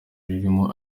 rurimo